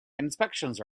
inspections